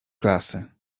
klasy